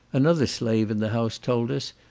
another slave in the house told us,